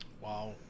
Wow